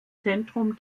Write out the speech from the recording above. zentrum